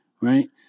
right